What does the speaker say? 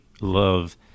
love